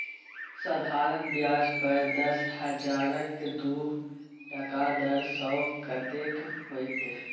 साधारण ब्याज पर दस हजारक दू टका दर सँ कतेक होएत?